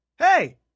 Hey